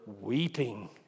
weeping